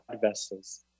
vessels